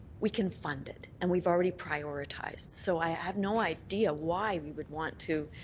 we can fund it, and we've already prioritized so i have no idea why we would want to